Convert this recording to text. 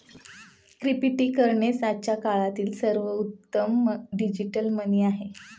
cryptocurrency आजच्या काळातील सर्वोत्तम डिजिटल मनी आहे